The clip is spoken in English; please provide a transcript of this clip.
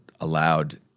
allowed